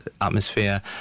atmosphere